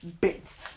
bits